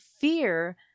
fear